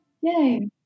Yay